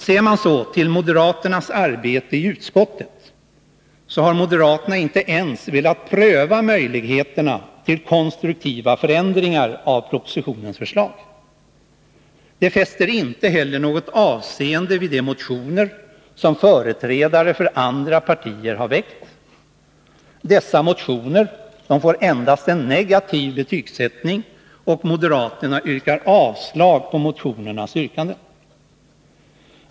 Ser man så till moderaternas arbete i utskottet, finner man att moderaterna inte ens velat pröva möjligheterna till konstruktiva förändringar av propositionens förslag. De fäster inte heller något avseende vid de motioner som företrädare för andra partier har väckt. Dessa motioner får endast en negativ betygssättning, och moderaterna yrkar avslag på motionernas yrkanden.